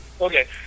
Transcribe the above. Okay